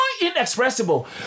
inexpressible